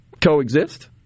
coexist